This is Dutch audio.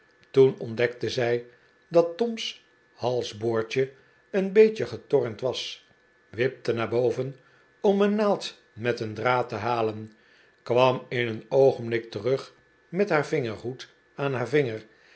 toen ontdekte zij dat tom's halsboordje een beetje getornd was wipte naar boven om een naald met een draad te halen kwam in een oogenblik terug met haar vingerhoed aan haar vinger